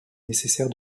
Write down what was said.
nécessaire